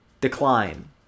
decline